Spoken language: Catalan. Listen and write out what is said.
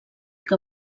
que